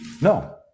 No